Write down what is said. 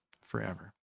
forever